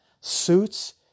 suits